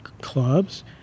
clubs—